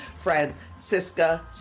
Francisca